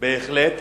בהחלט.